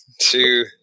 two